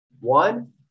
one